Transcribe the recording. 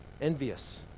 envious